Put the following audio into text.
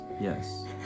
Yes